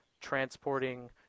transporting